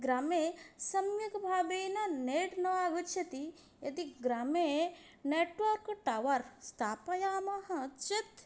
ग्रामे सम्यक् भावेन नेट् न आगच्छति यदि ग्रामे नेट्वर्क् टावर् स्थापयामः चेत्